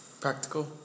practical